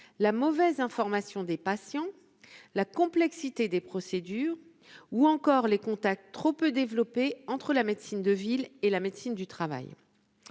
la mauvaise information des patients, la complexité des procédures ou encore les contacts trop peu développée entre la médecine de ville et la médecine du travail,